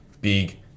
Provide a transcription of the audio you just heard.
big